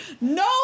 no